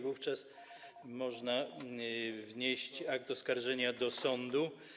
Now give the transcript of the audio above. Wówczas można wnieść akt oskarżenia do sądu.